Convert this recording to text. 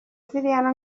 ziriya